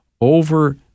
over